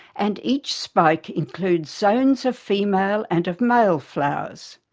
and each spike includes zones of female and of male flowers.